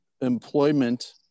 employment